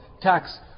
tax